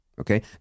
okay